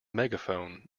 megaphone